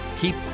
keep